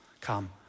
come